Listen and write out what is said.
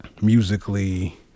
musically